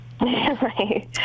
Right